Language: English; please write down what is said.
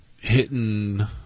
hitting